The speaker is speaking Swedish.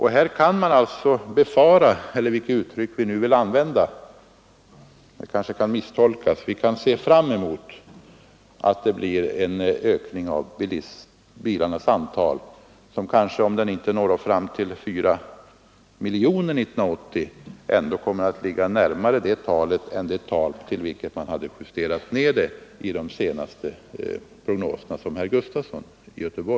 Här kan vi alltså befara eller — så att jag inte misstolkas — se fram emot att det blir en ökning av bilarnas antal som kanske inte kommer att nå upp till 4 miljoner 1980 men som ändå antagligen kommer att ligga närmare det talet än det nedjusterade talet i de senaste prognoserna, något som herr Gustafson talade om.